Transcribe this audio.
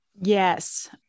Yes